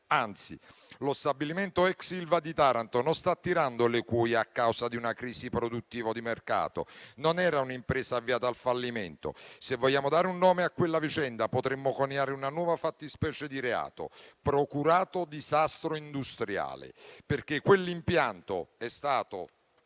vigenti. Lo stabilimento ex Ilva di Taranto non sta tirando le cuoia a causa di una crisi produttiva o di mercato. Non era un'impresa avviata al fallimento. Se vogliamo dare un nome a quella vicenda, potremmo coniare una nuova fattispecie di reato: procurato disastro industriale. Quell'impianto è stato